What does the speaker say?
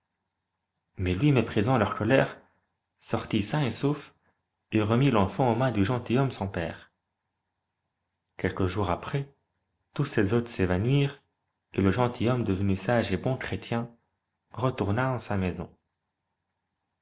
mais lui méprisant leur colère sortit sain et sauf et remit l'enfant aux mains du gentilhomme son père quelques jours après tous ces hôtes s'évanouirent et le gentilhomme devenu sage et bon chrétien retourna en sa maison